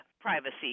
privacy